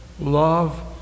Love